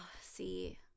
see